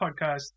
podcast